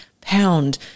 pound